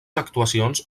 actuacions